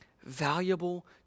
valuable